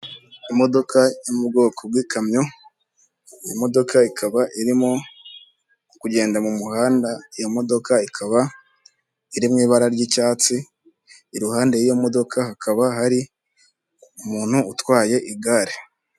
Imodoka yo mu bwoko bw'ikamyo, iyi modoka ikaba irimo kugenda mu muhanda, iyo modoka ikaba iri mu ibara ry'icyatsi, iruhande y'iyo modoka hakaba hari umuntu utwaye igare.